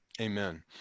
amen